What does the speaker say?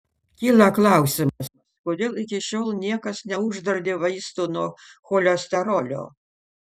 kyla klausimas kodėl iki šiol niekas neuždraudė vaistų nuo cholesterolio